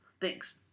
thanks